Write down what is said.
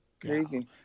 crazy